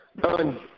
Done